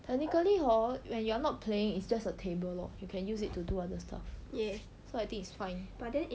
technically hor when you are not playing it's just a table lor you can use it to do other stuff so I think it's fine